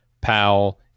Powell